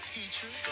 Teacher